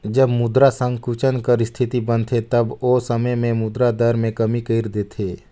जब मुद्रा संकुचन कर इस्थिति बनथे तब ओ समे में मुद्रा दर में कमी कइर देथे